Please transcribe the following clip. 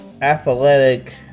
athletic